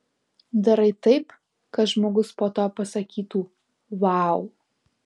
darai taip kad žmogus po to pasakytų vau